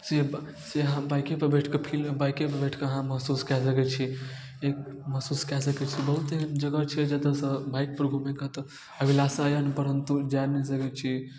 से से अहाँ बाइकेपर बैठके फिल बाइकेपर बैठके अहाँ महसूस कै सकै छी एक महसूस कै सकै छी बहुत एहन जगह छै जतऽसँ बाइकपर घुमैके एतऽ अभिलाषा यऽ परन्तु जा नहि सकै छी